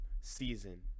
season